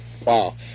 Wow